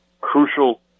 crucial